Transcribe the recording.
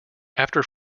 after